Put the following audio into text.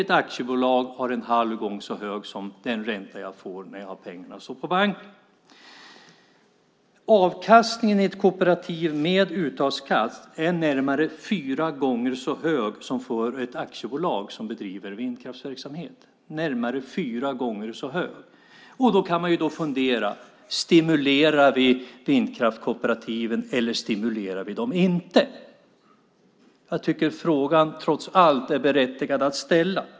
Ett aktiebolag har en halv gång så hög som den ränta jag får på banken. Avkastningen i ett kooperativ med uttagsskatt är närmare fyra gånger så hög som för ett aktiebolag som bedriver vindkraftsverksamhet. Då kan man fundera, stimulerar vi vindkraftskooperativen eller inte? Frågan är trots allt berättigad att ställa.